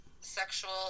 sexual